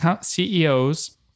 CEOs